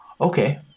Okay